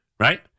Right